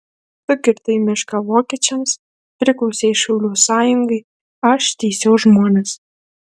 tu kirtai mišką vokiečiams priklausei šaulių sąjungai aš teisiau žmones